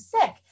sick